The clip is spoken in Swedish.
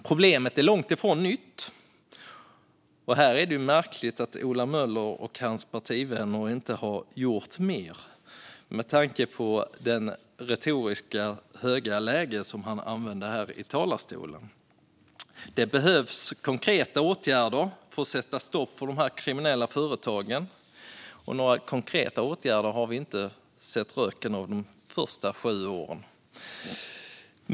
Problemet är långt ifrån nytt. Här är det märkligt att Ola Möller och hans partivänner inte har gjort mer med tanke på det retoriskt höga tonläge han har använt i talarstolen. Det behövs konkreta åtgärder för att sätta stopp på de kriminella företagen, och några konkreta åtgärder har vi inte sett röken av de första sju åren.